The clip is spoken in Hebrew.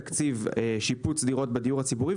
מתקציב שיפוץ דירות בדיור הציבורי,